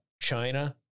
China